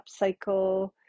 upcycle